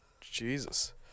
jesus